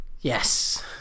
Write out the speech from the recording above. Yes